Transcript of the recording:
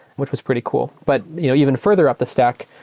which was pretty cool. but you know even further up the stack,